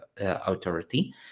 authority